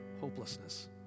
hopelessness